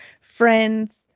friend's